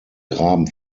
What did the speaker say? graben